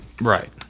Right